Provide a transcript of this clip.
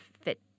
fit